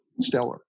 Stellar